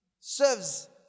serves